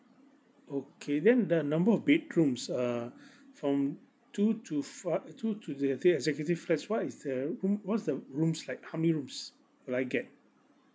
okay then the number of bedrooms uh from two to five uh two to the uh the executive flats what is their room what's the rooms like how many rooms do I get